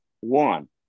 One